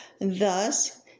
thus